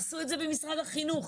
עשו את זה במשרד החינוך.